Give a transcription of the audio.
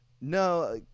no